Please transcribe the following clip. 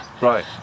Right